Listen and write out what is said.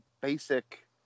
basic